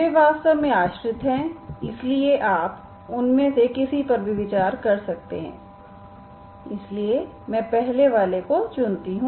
वे वास्तव में आश्रित हैं इसलिए आप उनमें से किसी पर भी विचार कर सकते हैं इसलिए मैं पहले वाले को चुनता हूं